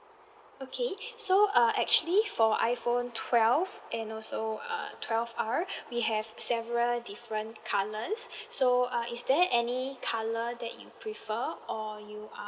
okay so uh actually for iPhone twelve and also uh twelve R we have several different colours so uh is there any colour that you prefer or you are